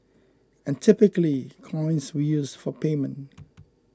and typically coins were used for payment